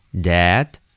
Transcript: Dad